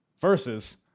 versus